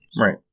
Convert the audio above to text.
Right